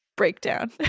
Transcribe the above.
breakdown